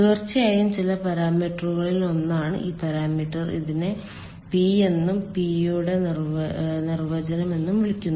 തീർച്ചയായും ചില പരാമീറ്ററുകളിൽ ഒന്നാണ് ഈ പരാമീറ്റർ ഇതിനെ പി എന്നും പി യുടെ നിർവചനം എന്നും വിളിക്കുന്നു